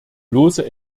bloße